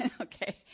Okay